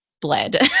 bled